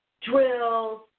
drills